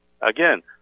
Again